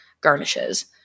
garnishes